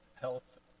health